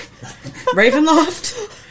Ravenloft